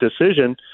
decision